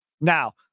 Now